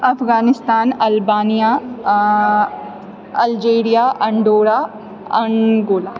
Afghanistan Albania Algeria Andorra Angola